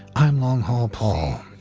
i'm long haul paul.